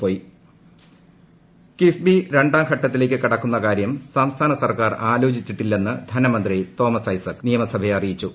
Thomas Isaac KIIFB രണ്ടാം ഘട്ടത്തിലേക്ക് കടക്കുന്ന കാര്യം സംസ്ഥാന സർക്കാർ ആലോചിച്ചിട്ടില്ലെന്ന് ധനമന്ത്രി ടി എം തോമസ് ഐസക് നിയമസഭയെ അറിയിച്ചു